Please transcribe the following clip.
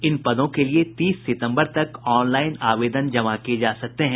इन पदों के लिए तीस सितम्बर तक ऑन लाईन आवेदन जमा किये जा सकते हैं